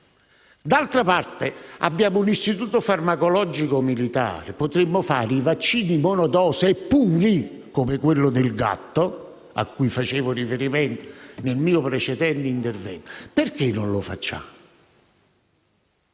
D'altra parte, abbiamo un istituto farmacologico militare. Potremmo fare i vaccini monodose e puri, come quello per i gatti a cui facevo riferimento nel mio intervento precedente. Perché non lo facciamo?